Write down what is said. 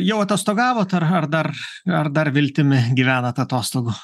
jau atostogavot ar dar ar dar viltimi gyvenat atostogų